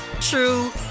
true